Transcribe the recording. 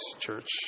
church